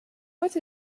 what